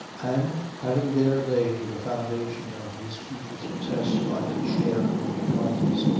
and, having there laid the foundation of his future success by his shares in prizes,